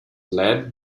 led